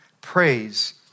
Praise